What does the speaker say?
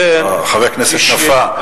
חבר הכנסת נפאע,